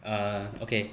err okay